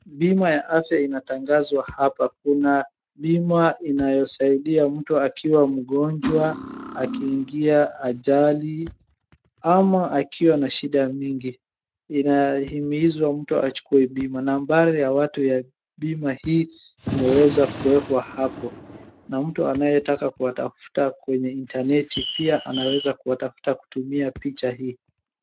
Bima ya afya inatangazwa hapa. Kuna bima inayosaidia mtu akiwa mgonjwa akiingia ajali ama akiwa na shida mingi. Inahimizwa mtu achukue bima. Nambari ya watu ya bima hii imeweza kuwekwa hapo, na mtu anayetaka kuwatafta kwenye intaneti pia anaweza kuwatafta kutumia picha hii.